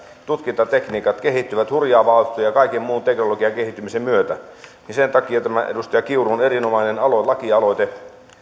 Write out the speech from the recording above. tutkintatekniikat kehittyvät hurjaa vauhtia kaiken muun teknologian kehittymisen myötä sen takia tämä edustaja kiurun erinomainen lakialoite